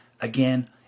Again